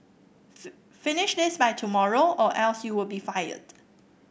finish this by tomorrow or else you will be fired